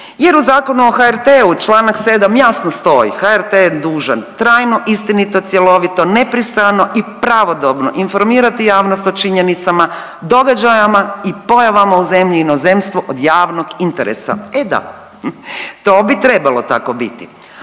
jer u Zakonu o HRT-u Članak 7. jasno stoji HRT je dužan trajno, istinito, cjelovito, nepristrano i pravodobno informirati javnost o činjenicama, događajima i pojava u zemlji i inozemstvu od javnog interesa. E da, to bi trebalo tko biti